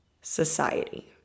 society